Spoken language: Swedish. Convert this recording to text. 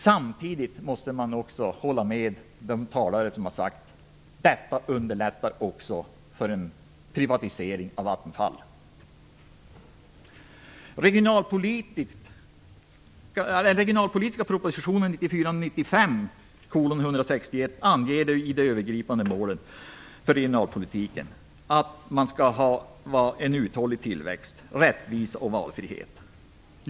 Samtidigt måste jag hålla med de talare som sagt att det här underlättar en privatisering av Vattenfall. anger att de övergripande målen för regionalpolitiken skall vara uthållig tillväxt, rättvisa och valfrihet.